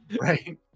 Right